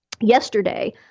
yesterday